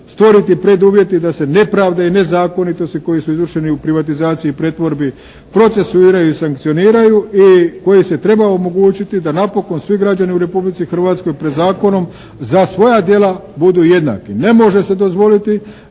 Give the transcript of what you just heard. stvoriti preduvjeti da se nepravde i nezakonitosti koji su izvršeni u privatizaciji i pretvorbi procesuiraju i sankcioniraju i koji se treba omogućiti da napokon svi građani u Republici Hrvatskoj pred zakonom za svoja djela budu jednaki. Ne može se dozvoliti